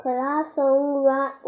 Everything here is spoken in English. Classroom